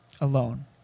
alone